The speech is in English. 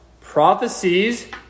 prophecies